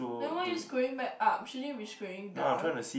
then why are you scrolling back up shouldn't you be scrolling down